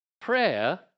prayer